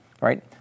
Right